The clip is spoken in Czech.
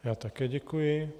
Já také děkuji.